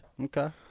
Okay